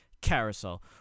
carousel